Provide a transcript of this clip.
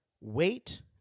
wait